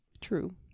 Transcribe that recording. True